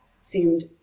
seemed